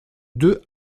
deux